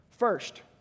First